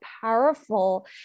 powerful